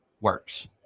works